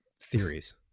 theories